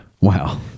Wow